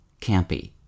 campy